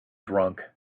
drunk